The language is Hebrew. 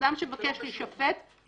אצלך כל היום הייתי מוריד להם.